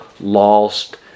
lost